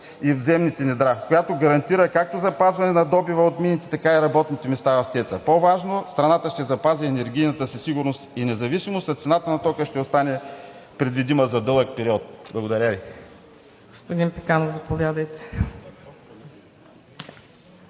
и в земните недра“, която гарантира както запазване на добива от мините, така и работните места в ТЕЦ-а. По-важното – страната ще запази енергийната си сигурност и независимост, а цената на тока ще остане предвидима за дълъг период. Благодаря Ви.